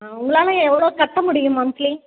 ஆ உங்களால் எவ்வளோ கட்ட முடியும் மந்த்லி